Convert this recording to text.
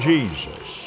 Jesus